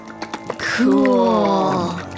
Cool